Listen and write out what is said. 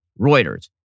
Reuters